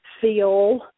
feel